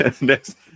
next